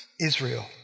Israel